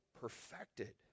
perfected